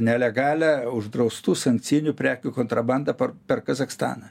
nelegalią uždraustų sankcijinių prekių kontrabandą per kazachstaną